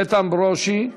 איתן ברושי,